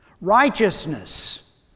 righteousness